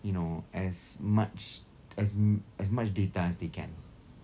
you know as much as m~ as much data as they can